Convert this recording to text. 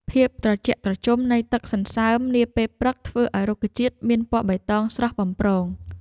ភាពត្រជាក់ត្រជុំនៃទឹកសន្សើមនាពេលព្រឹក ធ្វើឱ្យរុក្ខជាតិមានពណ៌បៃតងស្រស់បំព្រង។